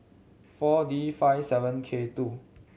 Four D five seven K two